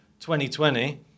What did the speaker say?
2020